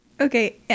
Okay